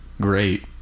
great